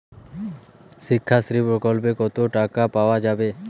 শিক্ষাশ্রী প্রকল্পে কতো টাকা পাওয়া যাবে?